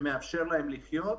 פיצוי שמאפשר להם לחיות,